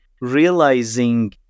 realizing